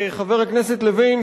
חבר הכנסת לוין,